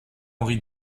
henri